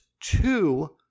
two